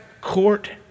court